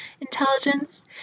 intelligence